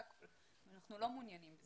אנחנו לא מעוניינים בזה.